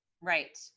Right